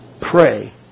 pray